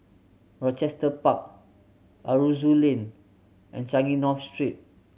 Rochester Park Aroozoo Lane and Changi North Street